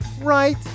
right